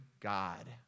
God